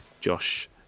Josh